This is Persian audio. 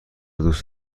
دوست